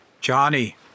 Johnny